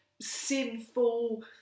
sinful